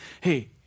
hey